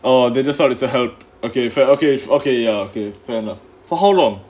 they just saw it as help okay ya okay fair enough for how long